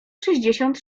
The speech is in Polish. sześćdziesiąt